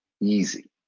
easy